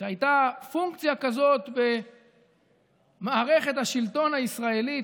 שהייתה פונקציה כזאת במערכת השלטון הישראלית.